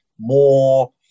more